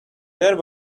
there